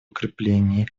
укреплении